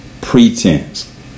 pretense